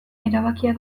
erabakia